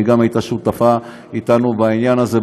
היא גם הייתה שותפה אתנו בעניין הזה,